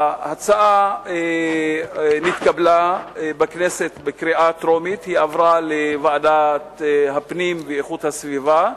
ההצעה נתקבלה בכנסת בקריאה טרומית ועברה לוועדת הפנים ואיכות הסביבה.